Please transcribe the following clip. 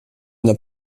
n’a